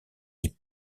des